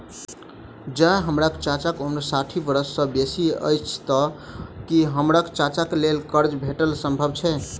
जँ हम्मर चाचाक उम्र साठि बरख सँ बेसी अछि तऽ की हम्मर चाचाक लेल करजा भेटब संभव छै?